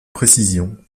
précision